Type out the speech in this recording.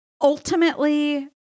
ultimately